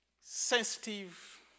sensitive